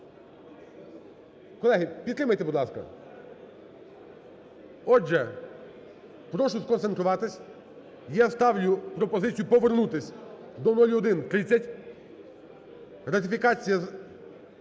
Колеги, підтримайте, будь ласка. Отже, прошу сконцентруватись. Я ставлю пропозицію повернутись до 0130: ратифікація